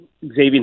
Xavier